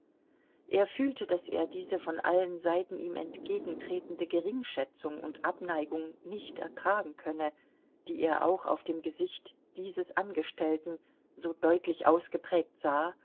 er fühlte daß er diese von allen seiten ihm entgegentretende geringschätzung und abneigung nicht ertragen könne die er auch auf dem gesicht dieses angestellten so deutlich ausgeprägt sah